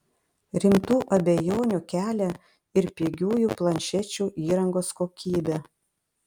rimtų abejonių kelia ir pigiųjų planšečių įrangos kokybė